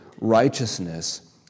righteousness